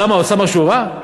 למה, הוא עשה משהו רע?